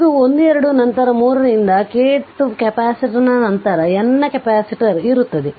ಇದು 1 2 ನಂತರ 3 ರಿಂದ kth ಕೆಪಾಸಿಟರ್ ನಂತರ n ನೇ ಕೆಪಾಸಿಟರ್ ಇರುತ್ತದೆ